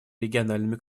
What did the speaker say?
региональными